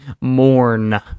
mourn